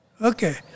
okay